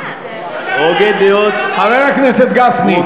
הוגה דעות, חבר הכנסת גפני.